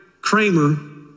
Kramer